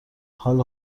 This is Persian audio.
حال